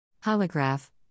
Holograph